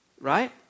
Right